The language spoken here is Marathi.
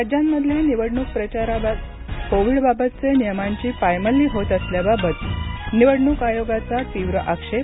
राज्यांमधल्या निवडणूक प्रचारात कोविडबाबतचे नियमांची पायमल्ली होत असल्याबद्दल निवडणूक आयोगाचा तीव्र आक्षेप